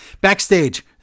backstage